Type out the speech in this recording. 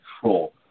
control